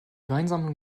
weinsammlung